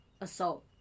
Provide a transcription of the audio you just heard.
assault